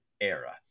era